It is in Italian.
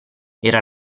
era